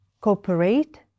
cooperate